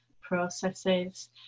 processes